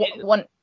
one